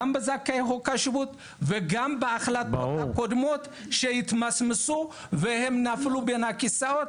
גם בזכאי חוק השבות וגם בהחלטות הקודמות שהתמסמסו והם נפלו בין הכיסאות,